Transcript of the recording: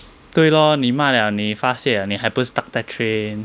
对 lor 你骂了你发泄了你还不是 stuck 在 train